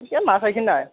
পিছে মাছ আহিছে নে নাই